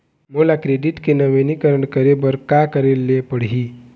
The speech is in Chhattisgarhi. मोला क्रेडिट के नवीनीकरण करे बर का करे ले पड़ही?